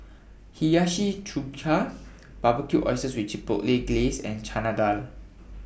Hiyashi Chuka Barbecued Oysters with Chipotle Glaze and Chana Dal